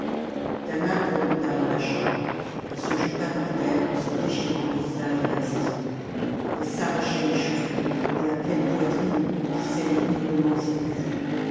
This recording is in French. taanach remonta dans la chambre elle se jeta par terre en se déchirant le visage avec ses salammbo ongles elle s'arrachait les cheveux et à pleine poitrine poussait des hurlements aigus